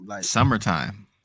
summertime